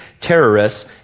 terrorists